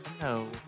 No